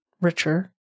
richer